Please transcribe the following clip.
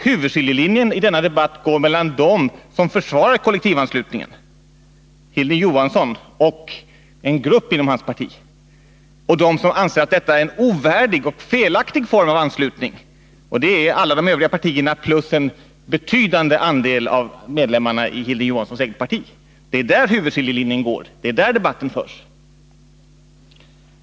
Huvudskiljelinjen i denna debatt går mellan dem som försvarar kollektivanslutningen — Hilding Johansson och en grupp inom hans parti — och dem som anser att detta är en ovärdig och felaktig form av anslutning, dvs. alla de övriga partierna plus en betydande andel av medlemmarna i Hilding Johanssons eget parti. Det är där huvudskiljelinjen går, det är där debatten förs.